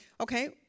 Okay